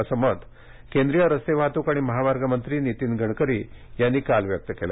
असं मत केंद्रीय रस्ते वाहतूक आणि महामार्ग मंत्री नितीन गडकरी यांनी काल व्यक्त केलं